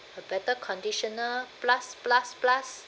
a better conditioner plus plus plus